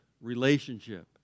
relationship